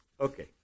Okay